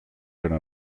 jeune